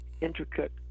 intricate